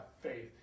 faith